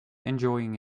enjoying